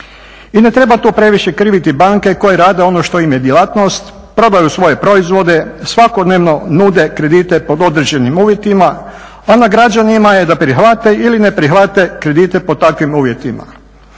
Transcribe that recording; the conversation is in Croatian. I ne treba tu previše kriviti banke koje rade ono što im je djelatnost, prodaju svoje proizvode, svakodnevno nude kredite pod određenim uvjetima, a na građanima je da prihvate ili ne prihvate kredite pod takvim uvjetima.